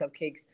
cupcakes